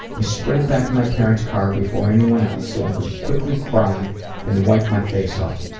i sprinted back to my parents' car before anyone else so i could quickly cry then wipe my face off.